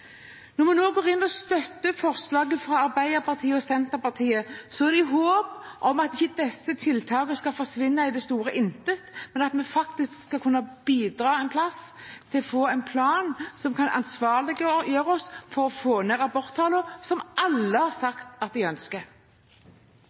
Når vi nå går inn og støtter forslaget fra Arbeiderpartiet og Senterpartiet, er det i håp om at ikke disse tiltakene skal forsvinne ut i det store intet, men at det faktisk skal kunne bidra til å få en plan som kan ansvarliggjøre oss for å få ned aborttallene, som alle har